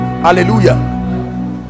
Hallelujah